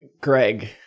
Greg